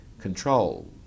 control